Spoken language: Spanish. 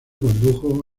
condujo